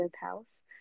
house